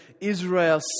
Israel